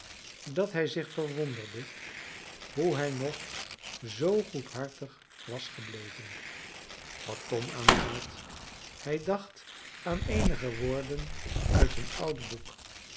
dat hij zich verwonderde hoe hij nog zoo goedhartig was gebleven wat tom aangaat hij dacht aan eenige woorden uit een oud boek